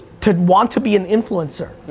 to want to be an influencer,